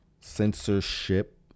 censorship